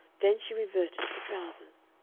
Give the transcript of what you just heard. then she reverted to the trousers.